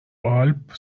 آلپ